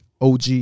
Og